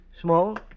Small